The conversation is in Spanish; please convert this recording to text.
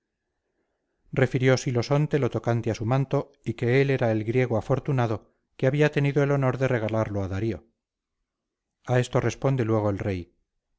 refirió silosonte lo tocante a su manto y que él era aquel griego afortunado que había tenido el honor de regalarlo a darío a esto responde luego el rey